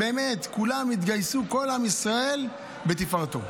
באמת, כולם התגייסו, כל עם ישראל בתפארתו.